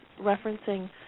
referencing